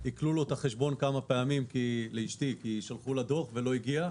כי עיקלו לאשתי את החשבון כמה פעמים בגלל דוח שלא הגיע.